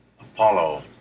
Apollo